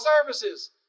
services